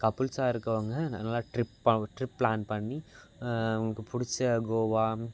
கப்பிள்ஸாக இருக்கிறவங்க நல்ல ட்ரிப்பாக ட்ரிப் ப்ளான் பண்ணி அவங்களுக்கு பிடிச்ச கோவா